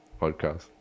podcast